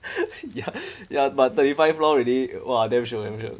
ya ya but thirty five floor really !wah! damn shiok damn shiok